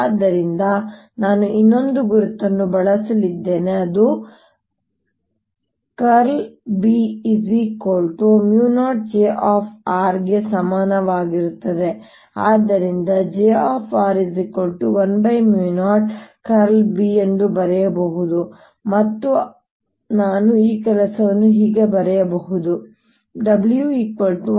ಆದ್ದರಿಂದ ನಾನು ಇನ್ನೊಂದು ಗುರುತನ್ನು ಬಳಸಲಿದ್ದೇನೆ ಅದು B0jr ಗೆ ಸಮಾನವಾಗಿರುತ್ತದೆ ಮತ್ತು ಆದ್ದರಿಂದ jr10B ಎಂದು ಬರೆಯಬಹುದು ಮತ್ತು ಆದ್ದರಿಂದ ನಾನು ಈ ಕೆಲಸವನ್ನು ಹೀಗೆ ಬರೆಯಬಹುದು W120drB